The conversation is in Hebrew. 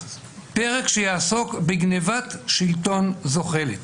פרק שיעסוק ב"גניבת שלטון זוחלת",